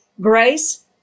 Grace